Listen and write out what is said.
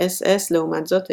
האס־אס לעומת זאת,